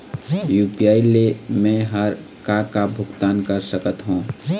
UPI ले मे हर का का भुगतान कर सकत हो?